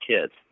kids